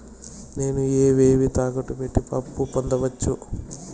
నేను ఏవేవి తాకట్టు పెట్టి అప్పు పొందవచ్చు?